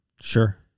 Sure